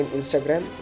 Instagram